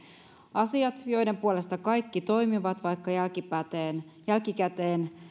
asiat joiden puolesta kaikki toimivat vaikka jälkikäteen jälkikäteen